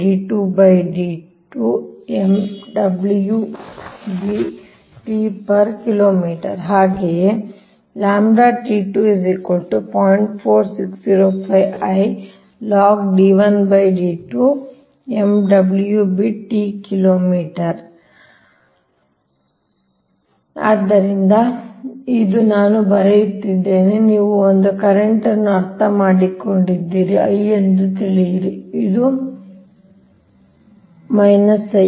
ಆದ್ದರಿಂದ ಹಾಗೆಯೇ ಆದ್ದರಿಂದ ಇದು ನಾನು ಬರೆಯುತ್ತಿದ್ದೇನೆ ನೀವು ಒಂದು ಕರೆಂಟ್ ಅನ್ನು ಅರ್ಥಮಾಡಿಕೊಂಡಿದ್ದೀರಿ I ಎಂದು ತಿಳಿಯಿರಿ ಇನ್ನೊಂದು I